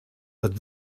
but